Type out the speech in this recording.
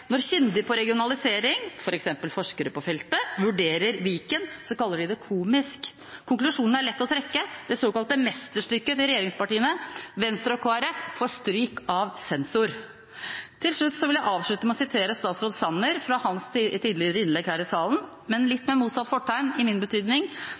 Når kyndige på regionalisering, f.eks. forskere på feltet, vurderer Viken, kaller de det komisk. Konklusjonen er lett å trekke: Det såkalte mesterstykket til regjeringspartiene, Venstre og Kristelig Folkeparti får stryk av sensor. Jeg vil avslutte med å referere fra statsråd Sanners innlegg tidligere her i salen, men litt